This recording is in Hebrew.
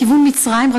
לכיוון מצרים,